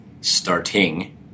starting